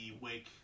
wake